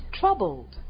troubled